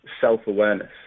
self-awareness